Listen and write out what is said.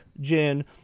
Gin